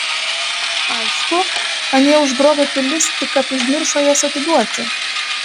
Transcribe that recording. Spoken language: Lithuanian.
aišku anie užgrobę pilis tik kad užmiršo jas atiduoti